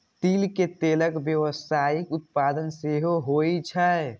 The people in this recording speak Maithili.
तिल के तेलक व्यावसायिक उत्पादन सेहो होइ छै